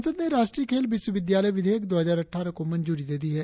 संसद ने राष्ट्रीय खेल विश्वविद्यालय विधेयक दो हजार अट्ठारह को मंजूरी दे दी है